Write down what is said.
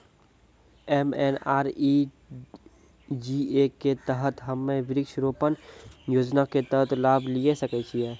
MNREGA के तहत हम्मय वृक्ष रोपण योजना के तहत लाभ लिये सकय छियै?